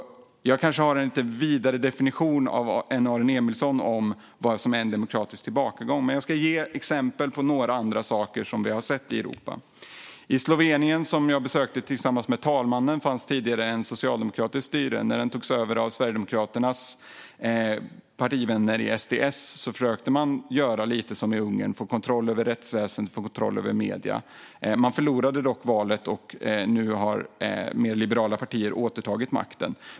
Jag kanske har en lite vidare definition än Aron Emilsson på vad som är en demokratisk tillbakagång. Jag ska ge exempel på några andra saker som vi har sett i Europa. I Slovenien, som jag besökte tillsammans med talmannen, fanns tidigare ett socialdemokratiskt styre. När det togs över av Sverigedemokraternas partivänner i SDS försökte man göra lite som i Ungern och få kontroll över rättsväsendet och medierna. Man förlorade dock valet, och nu har mer liberala partier återtagit makten.